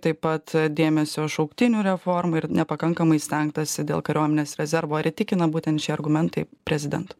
taip pat dėmesio šauktinių reformai ir nepakankamai stengtasi dėl kariuomenės rezervo ar įtikina būtent šie argumentai prezidento